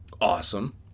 awesome